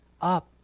up